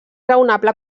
raonable